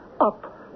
up